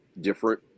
different